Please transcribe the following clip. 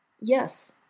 Yes